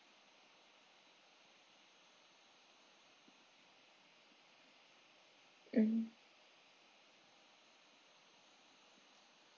mm